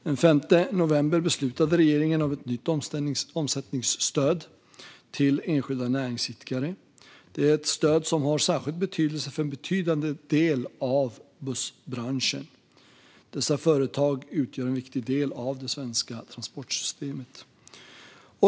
Den 5 november beslutade regeringen om ett nytt omsättningsstöd till enskilda näringsidkare. Det är ett stöd som har särskild betydelse för en betydande del av bussbranschen. Dessa företag utgör en viktig del av det svenska transportsystemet.